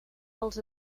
els